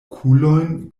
okulon